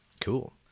Cool